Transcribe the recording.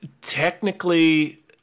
technically